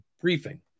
briefing